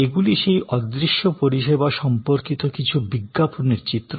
এগুলি সেই অদৃশ্য পরিষেবা সম্পর্কিত কিছু বিজ্ঞাপনের চিত্র